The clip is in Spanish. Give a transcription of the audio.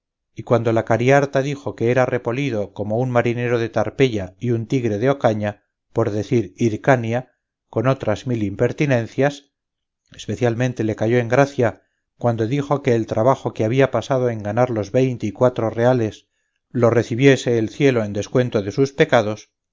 y cuando la cariharta dijo que era repolido como un marinero de tarpeya y un tigre de ocaña por decir hircania con otras mil impertinencias especialmente le cayó en gracia cuando dijo que el trabajo que había pasado en ganar los veinte y cuatro reales lo recibiese el cielo en descuento de sus pecados